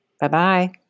Bye-bye